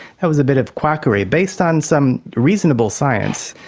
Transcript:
it was a bit of quackery based on some reasonable science,